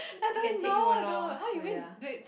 we can take you along !aiya!